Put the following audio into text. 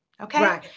Okay